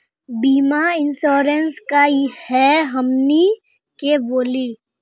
बीमा इंश्योरेंस का है हमनी के बोली?